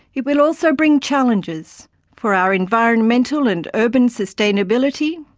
it will also bring challenges for our environmental and urban sustainability,